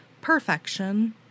Perfection